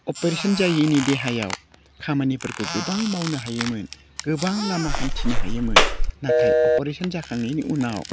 operation जायैनि देहायाव खामानिफोरखौ गोबां मावनो हायोमोन गोबां लामा हान्थिनो हायोमोन नाथाय अपारेशन जाखांनायनि उनाव